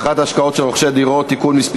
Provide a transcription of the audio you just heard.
(הבטחת השקעות של רוכשי דירות) (תיקון מס'